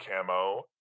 camo